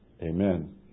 amen